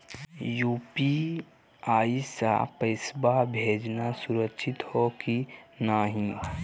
UPI स पैसवा भेजना सुरक्षित हो की नाहीं?